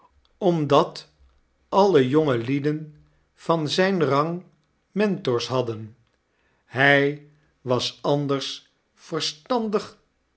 omdat alle jongelieden van zijn rang mentors hadden hij was anders verstandigen